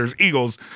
eagles